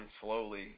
slowly